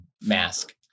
mask